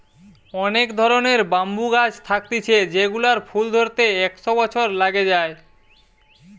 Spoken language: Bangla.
অনেক ধরণের ব্যাম্বু গাছ থাকতিছে যেগুলার ফুল ধরতে একশ বছর লাগে যায়